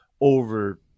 over